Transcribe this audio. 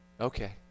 Okay